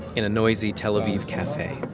in a noisy tel aviv cafe